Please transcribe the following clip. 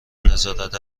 نظارت